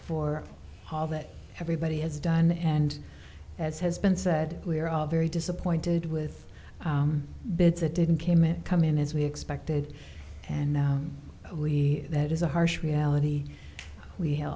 for all that everybody has done and as has been said we're all very disappointed with bits it didn't came it coming as we expected and now we that is a harsh reality we have